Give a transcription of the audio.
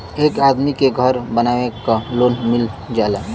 एक आदमी के घर बनवावे क लोन मिल जाला